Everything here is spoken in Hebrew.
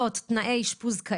קופצ'יק,